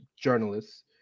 journalists